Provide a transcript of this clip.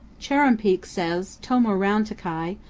chuar'ruumpeak says tomor'rountikai,